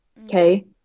Okay